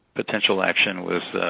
potential action was,